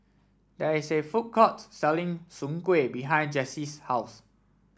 there is a food court selling Soon Kuih behind Jessy's house